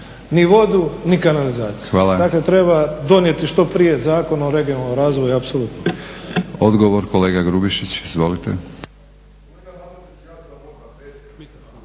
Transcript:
ni vodu ni kanalizaciju. Dakle treba donijeti što prije Zakon o regionalnom razvoju apsolutno.